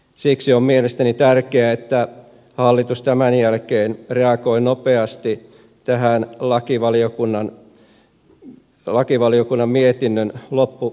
siksi on mielestäni tärkeää että hallitus tämän jälkeen reagoi nopeasti tähän lakivaliokunnan mietinnön loppunäkemykseen